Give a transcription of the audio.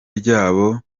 ryabo